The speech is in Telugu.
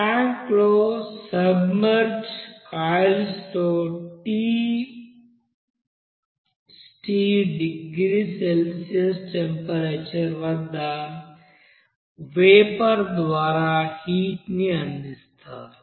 ట్యాంక్లో సబ్మెర్జ్డ్ కాయిల్స్లో Tstea డిగ్రీ సెల్సియస్ టెంపరేచర్ వద్ద వేపర్ ద్వారా హీట్ ని అందిస్తారు